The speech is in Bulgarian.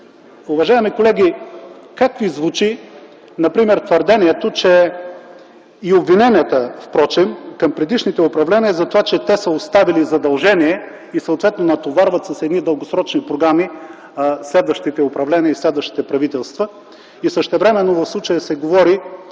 Уважаеми колеги, как ви звучи, например, твърдението и обвиненията към предишните управления за това, че те са оставили задължения и съответно натоварват с едни дългосрочни програми следващите управления и следващите правителства. Същевременно в случая се говори